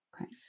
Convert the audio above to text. Okay